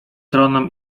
tronem